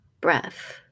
breath